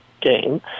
game